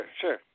Sure